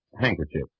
handkerchief